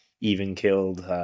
even-killed